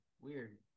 Weird